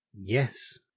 Yes